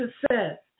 success